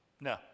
No